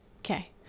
okay